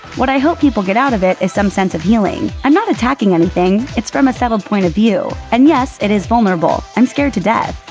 what i hope people get out of it, is some sense of healing. i'm not attacking anything it's from a settled point of view. and, yes, it is vulnerable. i'm scared to death.